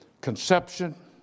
conception